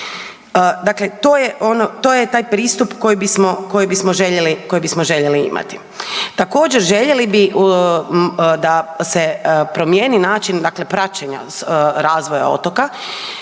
ono, to je taj pristup koji bismo željeli imati. Također, željeli bi da se promijeni način, dakle praćenja razvoja otoka.